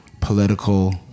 political